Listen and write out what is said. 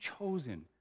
chosen